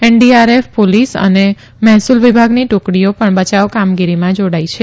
NDRF ોલીસ અને મહેસુલ વિભાગની ટુકડીઓ ણ બચાવ કામગીરીમાં જાડાઈ છે